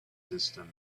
system